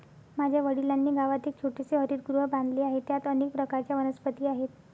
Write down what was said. माझ्या वडिलांनी गावात एक छोटेसे हरितगृह बांधले आहे, त्यात अनेक प्रकारच्या वनस्पती आहेत